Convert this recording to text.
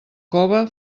cove